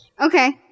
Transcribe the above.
Okay